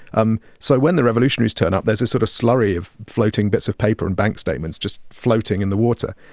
um so when the revolutionaries turn up, there's a sort of slurry of floating bits of paper and bank statements just floating in the water.